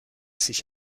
sich